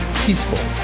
peaceful